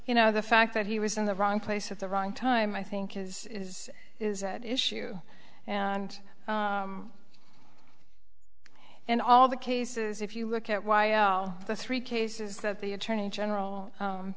you know the fact that he was in the wrong place at the wrong time i think is is is at issue and in all the cases if you look at y l the three cases that the attorney general